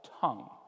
tongue